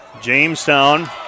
Jamestown